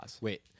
Wait